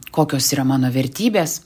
kokios yra mano vertybės